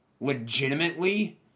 legitimately